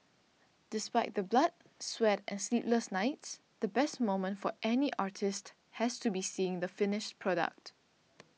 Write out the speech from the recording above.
despite the blood sweat and sleepless nights the best moment for any artist has to be seeing the finished product